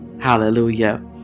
hallelujah